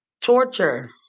Torture